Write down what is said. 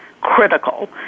critical